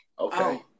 Okay